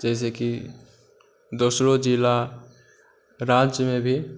जाहिसँ कि दोसरो जिला राज्यमे भी